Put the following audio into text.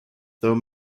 though